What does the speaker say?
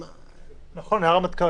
נכון, היה הרמטכ"ל.